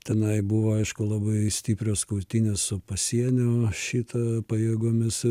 tenai buvo aišku labai stiprios kautynės su pasienio šita pajėgomis